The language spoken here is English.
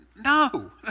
no